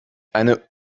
eine